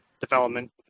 development